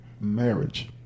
Marriage